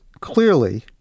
clearly